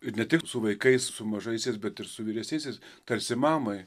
ir ne tik su vaikais su mažaisiais bet ir su vyresniaisiais tarsi mamai